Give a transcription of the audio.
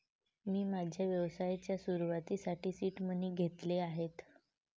मी माझ्या व्यवसायाच्या सुरुवातीसाठी सीड मनी घेतले आहेत